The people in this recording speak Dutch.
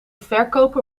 verkoper